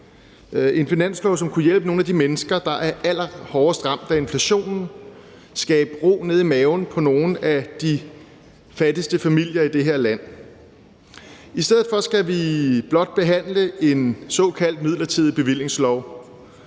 en finanslov, som kunne hjælpe nogle af de mennesker, der er allerhårdest ramt af inflationen, og skabe ro nede i maven på nogle af de fattigste familier i det her land. I stedet for skal vi blot behandle et forslag til en såkaldt midlertidig bevillingslov